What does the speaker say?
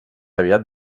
aviat